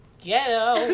ghetto